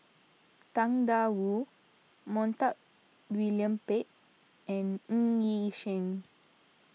Tang Da Wu Montague William Pett and Ng Yi Sheng